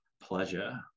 pleasure